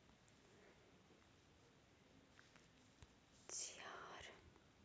क्या हम घर बैठे मोबाइल से खाता खोल सकते हैं इसकी क्या प्रक्रिया है?